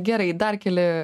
gerai dar keli